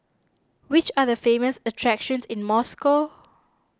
which are the famous attractions in Moscow